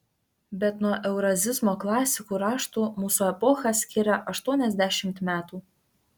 bet nuo eurazizmo klasikų raštų mūsų epochą skiria aštuoniasdešimt metų